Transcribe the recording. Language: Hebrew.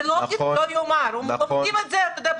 זה לא יאומן, לומדים את זה בכיתה א'.